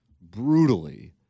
brutally—